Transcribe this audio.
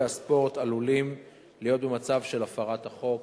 הספורט עלולים להיות במצב של הפרת החוק.